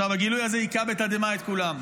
הגילוי הזה היכה בתדהמה את כולם,